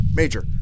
Major